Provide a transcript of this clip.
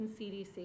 CDC